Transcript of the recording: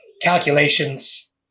calculations